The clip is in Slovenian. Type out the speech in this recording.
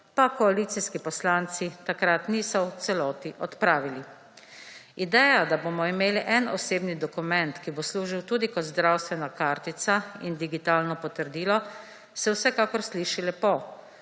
pa koalicijski poslanci takrat niso v celoti odpravili. Ideja, da bomo imeli en osebni dokument, ki bo služil tudi kot zdravstvena kartica in digitalno potrdilo, se vsekakor sliši lepo,